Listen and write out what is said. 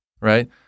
right